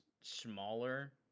smaller